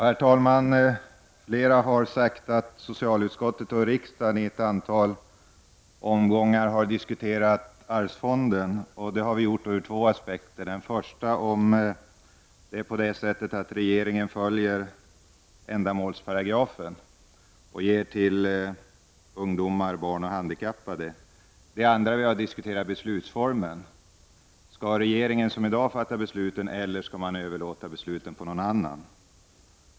Herr talman! Flera talare har sagt att socialutskottet och riksdagen i ett antal omgångar har diskuterat arvsfonden, och det har vi gjort ur två aspekter. Den första aspekten gäller om regeringen följer ändamålsparagrafen och ger pengar ur arvsfonden till ungdomar, barn och handikappade. Den andra aspekten gäller beslutsformerna. Skall regeringen såsom i dag fatta besluten, eller skall den överlåta dem på någon annan?